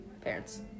parents